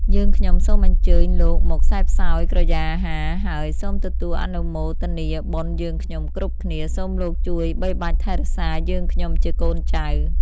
យើងខ្ញុំសូមអញ្ជើញលោកមកសេពសោយក្រយាហា ហើយសូមទទួលអនុមោទនាបុណ្យយើងខ្ញុំគ្រប់គ្នា សូមលោកជួយបីបាច់ថែរក្សាយើងខ្ញុំជាកូនចៅ